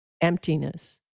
emptiness